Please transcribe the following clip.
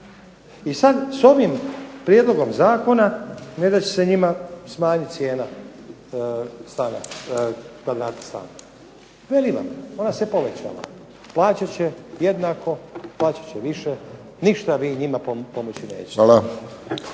I sad s ovim prijedlogom zakona ne da će se njima smanjit cijena kvadrata stana, velim vam ona se povećala. Plaćat će jednako, plaćat će više, ništa vi njima pomoći nećete.